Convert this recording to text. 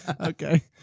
Okay